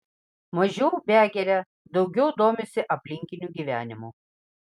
mažiau begeria daugiau domisi aplinkiniu gyvenimu